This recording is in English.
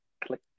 click